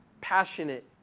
Passionate